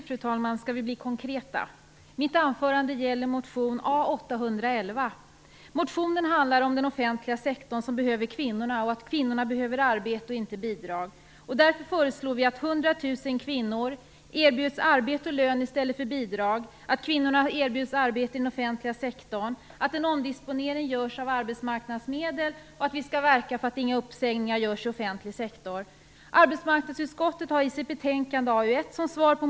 Fru talman! Nu skall vi bli konkreta! Mitt anförande gäller motion A811. Motionen handlar om att den offentliga sektorn behöver kvinnorna och att kvinnorna behöver arbete och inte bidrag. Därför föreslår vi att 100 000 kvinnor erbjuds arbete och lön i stället för bidrag, att kvinnorna erbjuds arbete i den offentliga sektorn, att en omdisponering görs av arbetsmarknadsmedel och att vi skall verka för att inga uppsägningar görs i offentlig sektor. 1.